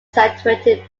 saturated